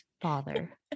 father